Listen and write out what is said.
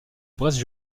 bresse